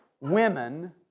women